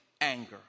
anger